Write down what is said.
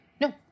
No